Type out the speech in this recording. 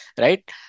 right